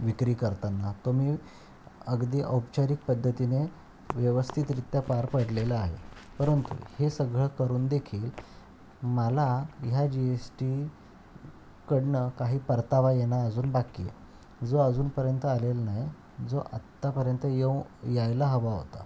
विक्री करताना तो मी अगदी औपचारिक पद्धतीने व्यवस्थितरित्या पार पडलेलं आहे परंतु हे सगळं करून देखील मला ह्या जी एस टीकडनं काही परतावा येणं अजून बाकी आहे जो अजूनपर्यंत आलेल नाही जो आत्तापर्यंत येऊ यायला हवा होता